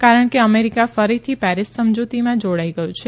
કરણ કે અમેરીકા ફરીથી પેરીસ સમથુતીમાં જોડાઇ ગયું છે